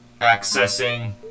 Accessing